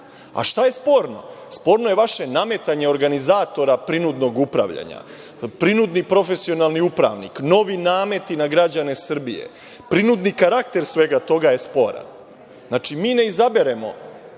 može! Šta je sporno? Sporno je vaše nametanje organizatora prinudnog upravljanja. Prinudni profesionalni upravnik, novi nameti na građane Srbije. Prinudni karakter svega toga je sporan. Znači, mi ne izaberemo,